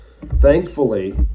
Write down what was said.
Thankfully